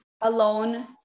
alone